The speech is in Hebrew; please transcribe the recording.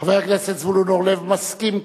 חבר הכנסת זבולון אורלב מסכים,